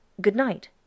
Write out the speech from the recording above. Good-night